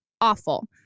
awful